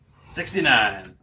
sixty-nine